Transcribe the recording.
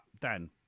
Dan